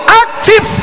active